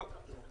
לא.